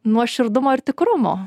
nuoširdumo ir tikrumo